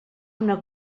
una